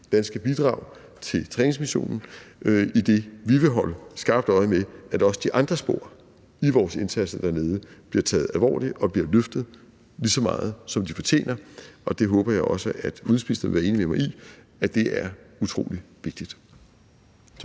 danske bidrag til træningsmissionen, idet vi vil holde skarpt øje med, at også de andre spor i vores indsatser dernede bliver taget alvorligt og bliver løftet, lige så meget som de fortjener. Det håber jeg også at udenrigsministeren vil være enig med mig i er utrolig vigtigt.